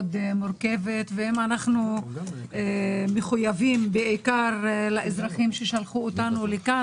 מורכבת ואם אנחנו מחויבים בעיקר לאזרחים ששלחו אותנו לכאן